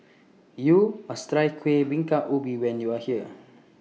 YOU must Try Kueh Bingka Ubi when YOU Are here